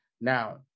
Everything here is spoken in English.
Now